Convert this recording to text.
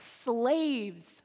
slaves